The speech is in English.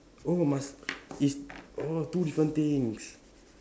oh must is oh two different things